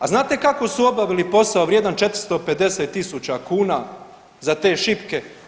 A znate kako su obavili posao vrijedan 450 000 kuna za te šipke?